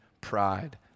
pride